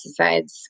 pesticides